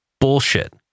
bullshit